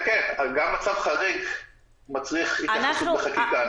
גם מצב חריג מצריך התייחסות בחקיקה.